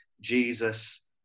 jesus